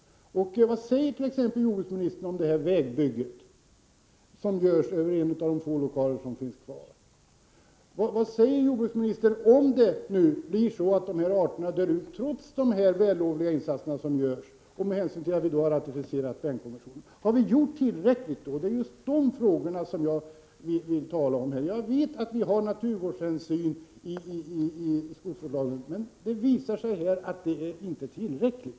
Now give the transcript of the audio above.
Vad säger jordbruksministern t.ex. om det vägbygge som dras fram över en av de få fågellokaler som finns kvar? Vad säger jordbruksministern, om dessa arter dör ut trots de vällovliga insatser som görs? Vi har ratificerat Bernkonventionen. Har vi gjort tillräckligt då? Det är just de frågorna jag vill tala om. Jag vet att naturvårdshänsyn finns med i skogsvårdslagen, men det visar sig att det inte är tillräckligt.